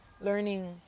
learning